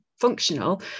functional